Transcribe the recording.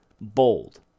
bold